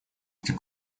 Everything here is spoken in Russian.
этих